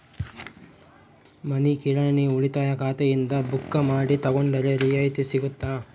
ಮನಿ ಕಿರಾಣಿ ಉಳಿತಾಯ ಖಾತೆಯಿಂದ ಬುಕ್ಕು ಮಾಡಿ ತಗೊಂಡರೆ ರಿಯಾಯಿತಿ ಸಿಗುತ್ತಾ?